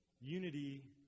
unity